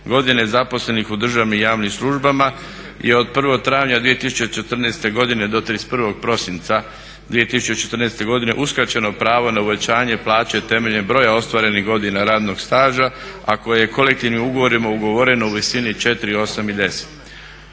godine zaposlenih u državnim i javnim službama je od 1. travnja 2014. godine do 31. prosinca 2014. godine uskraćeno pravo na uvećanje plaće temeljem broja ostvarenih godina radnog staža, a koje je kolektivnim ugovorima ugovoreno u visini 4, 8 i 10%.